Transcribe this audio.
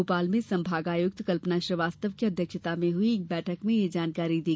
भोपाल में संभागायुक्त कल्पना श्रीवास्तव की अध्यक्षता में हुई एक बैठक में यह जानकारी दी